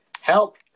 Help